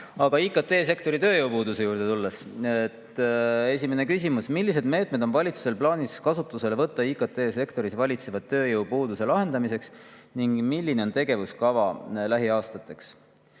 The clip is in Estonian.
Aga IKT-sektori tööjõupuuduse juurde tulles esimene küsimus: "Milliseid meetmeid on valitsusel plaanis kasutusele võtta IT‑sektoris valitseva tööjõupuuduse lahendamiseks ning milline on tegevuskava lähiaastateks?"